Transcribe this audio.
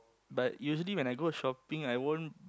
but usually when I go shopping I won't